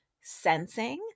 sensing